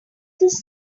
this